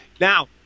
Now